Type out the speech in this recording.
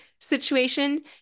situation